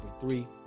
three